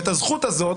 הזכות הזאת